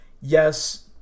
yes